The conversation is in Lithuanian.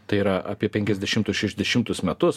tai yra apie penkiasdešimtus šešiasdešimtus metus